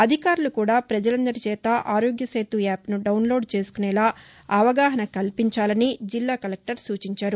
అధికారులు కూడా ప్రజలందరి చేత ఆరోగ్య సేతు యాప్ ను డౌన్లోడ్ చేసుకునేలా అవగాహన కల్పించాలని జిల్లా కలెక్టర్ సూచించారు